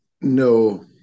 No